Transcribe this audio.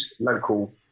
local